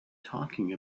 talking